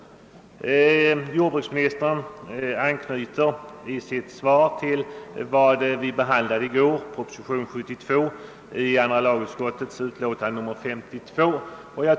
Jordbruksministern anknyter sitt svar till den fråga vi i går behandlade, propositionen 72 och andra lagutskottets utlåtande nr 52.